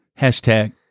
hashtag